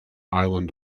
island